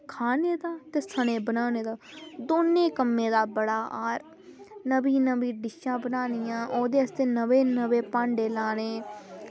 खाने दा ते सनें बनाने दा दौनें कम्में दा बड़ा नमीं नमीं डिशां बनानियां ओह्दे आस्तै नमें नमें भांडे लाने